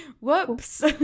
Whoops